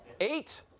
eight